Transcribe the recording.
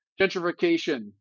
Gentrification